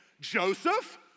Joseph